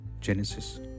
Genesis